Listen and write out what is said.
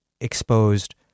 exposed